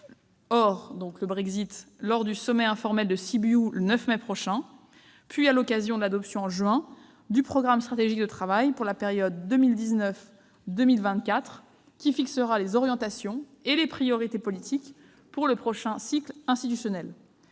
du Brexit -lors du sommet informel de Sibiu le 9 mai prochain, puis à l'occasion de l'adoption, en juin prochain, du programme stratégique pour la période 2019-2024, qui fixera les orientations et priorités politiques pour le prochain cycle institutionnel.